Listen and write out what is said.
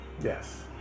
Yes